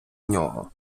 нього